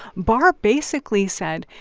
barr basically said,